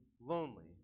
lonely